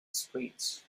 streets